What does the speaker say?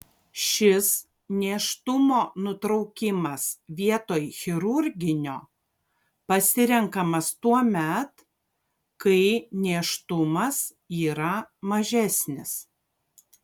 šis nėštumo nutraukimas vietoj chirurginio pasirenkamas tuomet kai nėštumas yra mažesnis